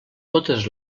totes